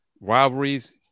Rivalries